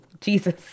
Jesus